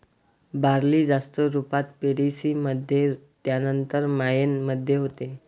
barley जास्त रुपात पेरीस मध्ये त्यानंतर मायेन मध्ये होते